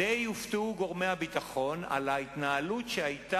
די הופתעו גורמי הביטחון על ההתנהלות שהיתה